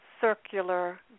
circular